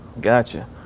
Gotcha